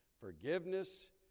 Forgiveness